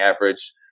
average